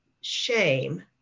shame